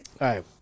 right